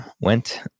went